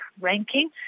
ranking